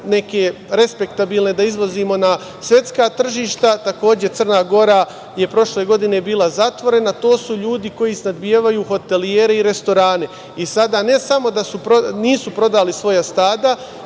neke respektabilne da izvozimo, na svetska tržišta. Takođe, Crna Gora, je prošle godine bila zatvorena i to su ljudi koji snabdevaju hotelijere i restorane. Sada, ne samo da nisu prodali svoja stada,